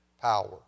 power